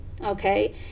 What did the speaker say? okay